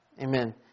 Amen